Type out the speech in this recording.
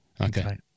Okay